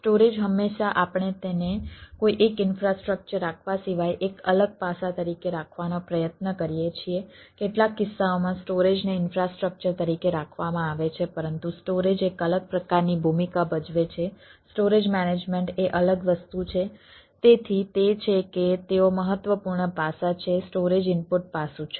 storage હંમેશા આપણે તેને કોઈ એક ઈન્ફ્રાસ્ટ્રક્ચર રાખવા સિવાય એક અલગ પાસા તરીકે રાખવાનો પ્રયત્ન કરીએ છીએ કેટલાક કિસ્સાઓમાં સ્ટોરેજને ઈન્ફ્રાસ્ટ્રક્ચર તરીકે રાખવામાં આવે છે પરંતુ સ્ટોરેજ એક અલગ પ્રકારની ભૂમિકા ભજવે છે સ્ટોરેજ મેનેજમેન્ટ એ અલગ વસ્તુ છે તેથી તે છે કે તેઓ મહત્વપૂર્ણ પાસા છે સ્ટોરેજ ઇનપુટ પાસું છે